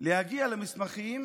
להגיע למסמכים